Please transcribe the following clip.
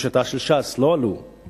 דרישתו של שר הרווחה שיושב בממשלה הזאת,